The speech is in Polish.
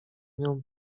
nią